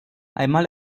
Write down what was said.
einmal